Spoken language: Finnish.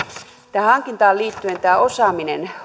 tähän hankintaan liittyen tämä osaaminen